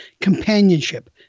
companionship